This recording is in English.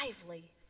lively